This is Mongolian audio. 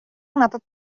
надад